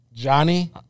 Johnny